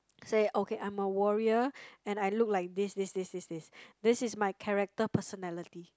say okay I'm a warrior and I look like this this this this this this is my character personality